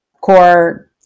core